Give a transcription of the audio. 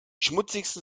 schmutzigsten